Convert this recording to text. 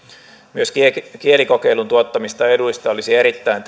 myöskin kielikokeilun tuottamista eduista olisi erittäin tärkeää